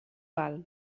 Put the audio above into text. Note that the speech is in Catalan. val